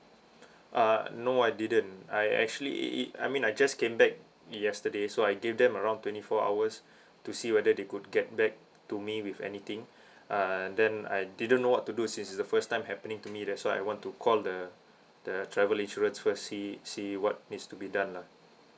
uh no I didn't I actually I mean I just came back yesterday so I gave them around twenty four hours to see whether they could get back to me with anything uh then I didn't know what to do since this is the first time happening to me that's why I want to call the the travel insurance first see see what needs to be done lah